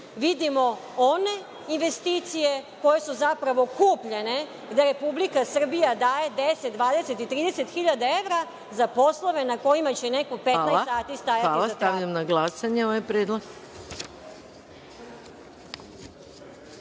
vidimo one investicije koje su zapravo kupljene, gde Republika Srbija daje 10, 20 i 30 hiljada evra za poslove na kojima će neko 15 sati stajati. **Maja Gojković** Hvala. Stavljam na glasanje ovaj